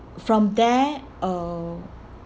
from there uh